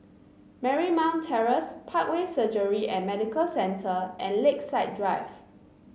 Marymount Terrace Parkway Surgery and Medical Centre and Lakeside Drive